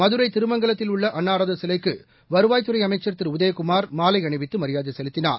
மதுரை திருமங்கலத்தில் உள்ள அன்னாரது சிலைக்கு வருவாய்த்துறை அமைச்சர் திரு உதயகுமார் மாலை அணிவித்து மரியாதை செலுத்தினார்